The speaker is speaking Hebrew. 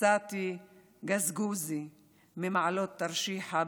סאטי גרזוזי ממעלות-תרשיחא,